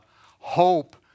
Hope